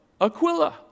Aquila